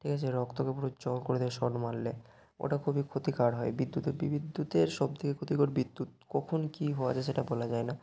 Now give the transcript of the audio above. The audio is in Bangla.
ঠিক আছে রক্তকে পুরো জল করে দেয় শর্ট মারলে ওটা খুবই ক্ষতিকর হয় বিদ্যুতের বিদ্যুতের সবথেকে ক্ষতিকর বিদ্যুৎ কখন কী হওয়া যায় সেটা বলা যায় না